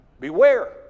Beware